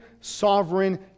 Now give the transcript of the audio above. sovereign